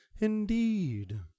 Indeed